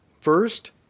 first